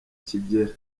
kigera